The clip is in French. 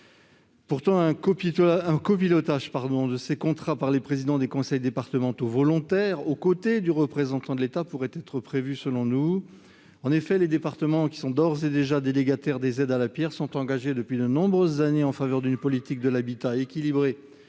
territoire. Un copilotage de ces contrats par les présidents de conseil départemental volontaire, aux côtés du représentant de l'État, pourrait donc être prévu. En effet, les départements qui sont d'ores et déjà délégataires des aides à la pierre sont engagés depuis de nombreuses années en faveur d'une politique de l'habitat équilibrée